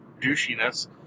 douchiness